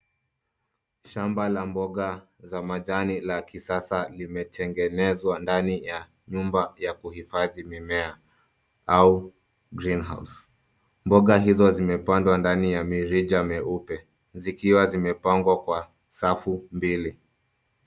Shamba la mboga za majani la kisasa limetengenzwa ndani ya nyumba ya kuhifadhi mimea au greenhouse . Mboga hizo zimepandwa ndani ya mirija meupe zikiwa zimepangwa kwa safu mbili.